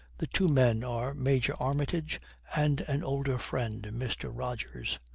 the two men are major armitage and an older friend, mr. rogers.